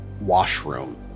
washroom